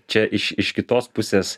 čia iš iš kitos pusės